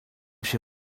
się